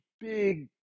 big